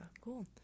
cool